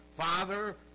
Father